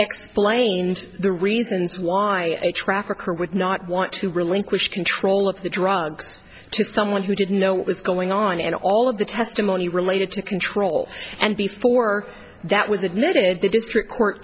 explained the reasons why trafficker would not want to relinquish control of the drugs to someone who didn't know what was going on and all of the testimony related to control and before that was admitted the district court